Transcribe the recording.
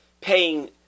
paying